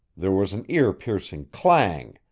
there was an ear-piercing clang,